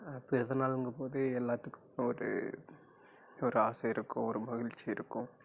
இப்போ எதனாலாங்கும் போது எல்லாத்துக்குமே ஒரு ஒரு ஆசை இருக்கும் ஒரு மகிழ்ச்சி இருக்கும்